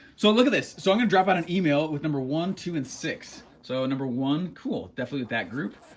so look at this. so i'm gonna drop out an email with number one, two and six. so number one, cool, definitely that group.